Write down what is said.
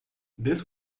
this